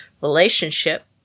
relationship